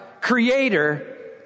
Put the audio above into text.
creator